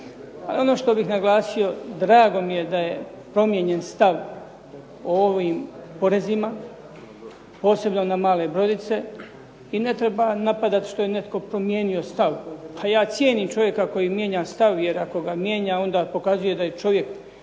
Ali ono što bih naglasio drago mi je da je promijenjen stav o ovom porezima posebno na male brodice. I ne treba napadati što je netko promijenio stav. Pa ja cijenim čovjeka koji mijenja stav, jer ako ga mijenja onda pokazuje da je čovjek,